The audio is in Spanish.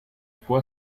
fue